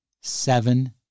seven